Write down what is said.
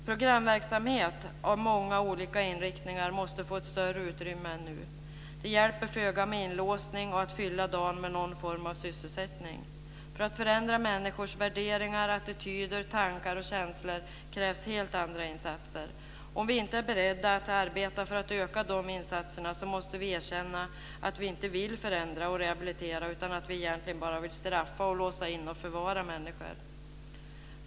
Programverksamhet med många olika inriktningar måste få ett större utrymme än nu. Det hjälper föga med inlåsning och att fylla dagen med någon form av sysselsättning. För att förändra människors värderingar, attityder, tankar och känslor krävs helt andra insatser. Om vi inte är beredda att arbeta för att öka de insatserna måste vi erkänna att vi inte vill förändra och rehabilitera utan att vi egentligen bara vill straffa, låsa in och förvara människor.